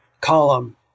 column